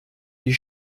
die